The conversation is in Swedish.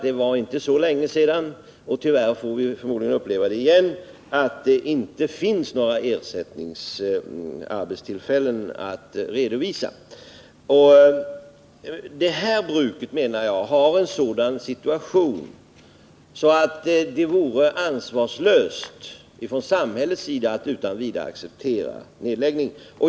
Det var inte länge sedan — och vi får förmodligen uppleva det igen — som det inte fanns några ersättningsarbetstillfällen alls att redovisa. Det här pappersbrukets situation är sådan att det vore ansvarslöst av samhället att utan vidare acceptera en nedläggning.